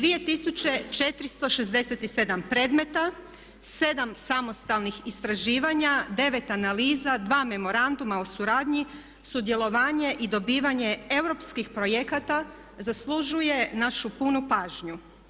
2467 predmeta, 7 samostalnih istraživanja, 9 analiza, 2 memoranduma o suradnji, sudjelovanje i dobivanje europskih projekata zaslužuje našu punu pažnju.